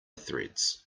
threads